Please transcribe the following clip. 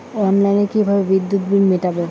অনলাইনে কিভাবে বিদ্যুৎ বিল মেটাবো?